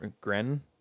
Gren